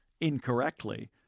incorrectly